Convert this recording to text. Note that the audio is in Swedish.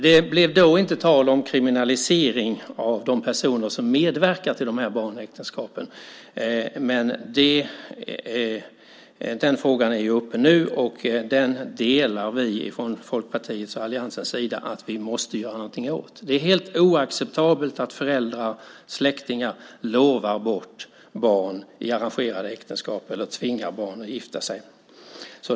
Det blev då inte tal om kriminalisering av de personer som medverkar till barnäktenskap. Den frågan är uppe nu och där menar vi från Folkpartiets och alliansens sida att detta måste vi göra någonting åt. Det är helt oacceptabelt att föräldrar och släktingar lovar bort barn i arrangerade äktenskap eller tvingar barn att gifta sig.